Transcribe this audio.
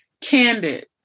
candid